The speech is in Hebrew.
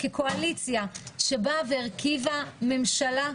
כמו שכשהביאו אותן לפתחנו אכן נתנו,